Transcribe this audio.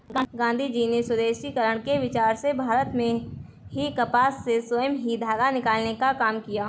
गाँधीजी ने स्वदेशीकरण के विचार से भारत में ही कपास से स्वयं ही धागा निकालने का काम किया